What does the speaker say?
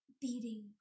Beating